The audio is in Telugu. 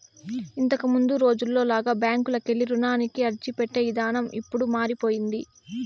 ఇంతకముందు రోజుల్లో లాగా బ్యాంకుకెళ్ళి రుణానికి అర్జీపెట్టే ఇదానం ఇప్పుడు మారిపొయ్యింది